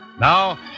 Now